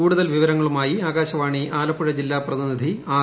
കൂടുതൽ വിവരങ്ങളുമായി ആകാശവാണി ആലപ്പുഴ ജില്ലാ പ്രതിനിധി ആർ